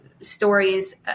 stories